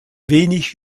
wenig